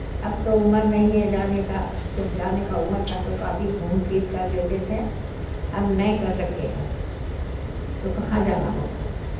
اب تو عمر نہیں ہے جانے کا کیونکہ اب جانے کا عمر تھا تو کافی گھوم پھر کر لیتے تھیں اب نہیں کر سکتے ہیں تو کہاں جانا ہوگا